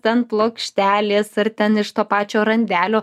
ten plokštelės ar ten iš to pačio randelio